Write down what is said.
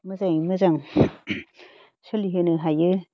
मोजाङै मोजां सोलिहोनो हायो